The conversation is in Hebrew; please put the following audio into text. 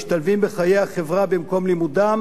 משתלבים בחיי החברה במקום לימודם,